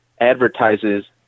advertises